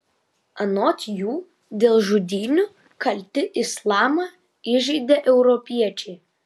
anot jų dėl žudynių kalti islamą įžeidę europiečiai